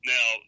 Now